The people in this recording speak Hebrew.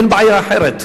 אין בעיה אחרת.